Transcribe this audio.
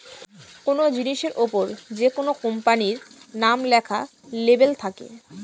কোনো জিনিসের ওপর যেকোনো কোম্পানির নাম লেখা লেবেল থাকে